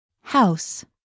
House